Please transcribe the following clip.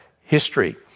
history